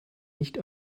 nicht